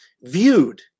viewed